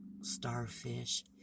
starfish